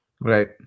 Right